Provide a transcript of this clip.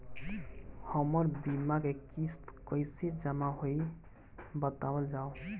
हमर बीमा के किस्त कइसे जमा होई बतावल जाओ?